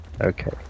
Okay